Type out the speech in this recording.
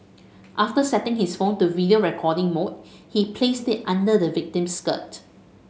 after setting his phone to video recording mode he placed it under the victim's skirt